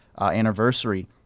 anniversary